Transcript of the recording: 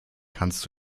kannst